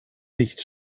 nicht